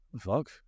fuck